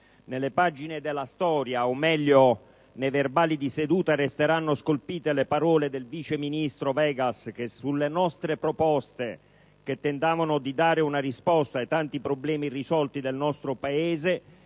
Nelle pagine della storia o meglio nei verbali di seduta resteranno scolpite le parole del vice ministro Vegas, che sulle nostre proposte che tentavano di fornire una risposta ai tanti problemi irrisolti del nostro Paese,